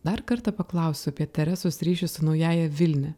dar kartą paklausiu apie teresos ryšius su naująja vilnia